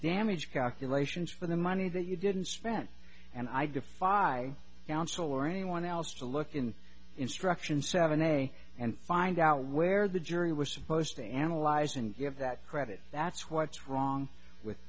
damage calculations for the money that you didn't spend and i defy council or anyone else to look in instruction saturday and find out where the jury was supposed to analyze and give that credit that's what's wrong with